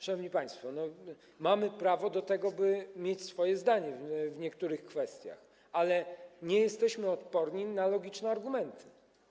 Szanowni państwo, mamy prawo do tego, by mieć swoje zdanie w niektórych kwestiach, ale nie jesteśmy odporni na logiczne argumenty.